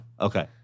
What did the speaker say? Okay